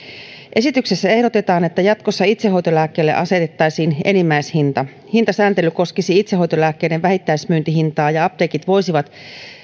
esityksessä ehdotetaan että jatkossa itsehoitolääkkeelle asetettaisiin enimmäishinta hintasääntely koskisi itsehoitolääkkeiden vähittäismyyntihintaa ja apteekit voisivat